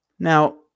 Now